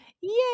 Yay